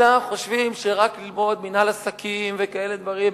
אלא חושבים רק ללמוד מינהל עסקים וכאלה דברים.